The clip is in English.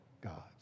God